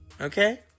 Okay